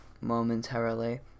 momentarily